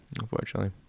unfortunately